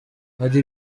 hari